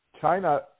China